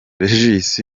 regis